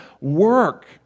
work